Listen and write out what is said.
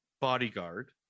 bodyguard